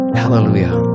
hallelujah